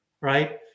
right